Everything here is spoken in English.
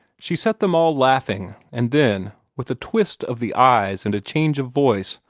she set them all laughing and then, with a twist of the eyes and a change of voice,